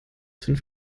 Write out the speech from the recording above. fünf